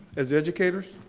as educators?